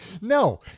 No